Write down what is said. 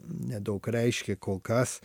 nedaug reiškia kol kas